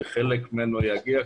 שחלק ממנו יגיע,